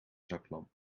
zaklamp